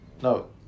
No